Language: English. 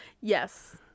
Yes